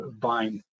buying